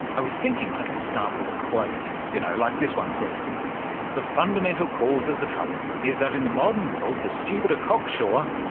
i was thinking i could start with a quote. you know, like this one for instance the fundamental cause of the trouble is that in the modern world the stupid are cocksure,